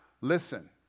listen